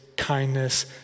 Kindness